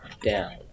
down